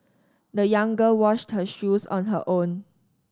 the young girl washed her shoes on her own